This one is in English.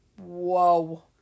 Whoa